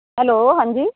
hello ਹਾਂਜੀ